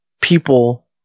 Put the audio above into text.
people